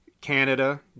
Canada